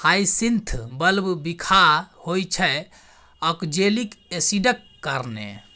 hyacinth bulb बिखाह होइ छै आक्जेलिक एसिडक कारणेँ